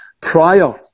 prior